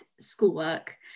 schoolwork